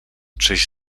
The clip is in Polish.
czyś